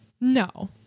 no